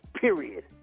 period